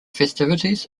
festivities